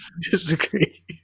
disagree